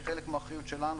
כחלק מהאחריות שלנו,